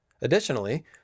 Additionally